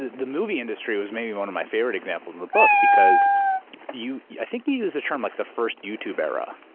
the the movie industry was maybe one of my favorite examples in the book because you, i think you use the term like the first youtube era.